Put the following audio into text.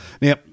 now